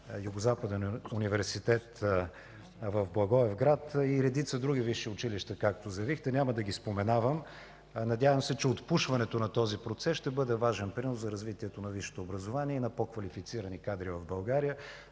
Югозападния университет в Благоевград и редица други висши училища, както заявихте. Няма да ги споменавам. Надявам се, че отпушването на този процес ще бъде важен принос за развитието на висшето образование и на по-квалифицирани кадри в България.